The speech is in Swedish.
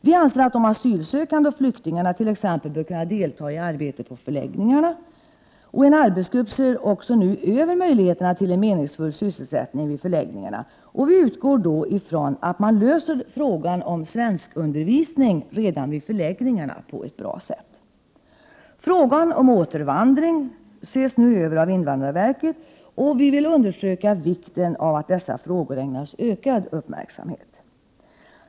Vi anser att de asylsökande och flyktingarna t.ex. bör kunna delta i arbetet på förläggningarna. En arbetsgrupp ser nu över möjligheterna till en meningsfull sysselsättning vid förläggningarna. Vi utgår då även ifrån att man löser frågan om svenskundervisning allaredan vid förläggningarna på ett bra sätt. Frågan om återvandring ses nu över av invandrarverket, och vi vill understryka vikten av att dessa frågor ägnas ökad uppmärksamhet.